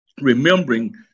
remembering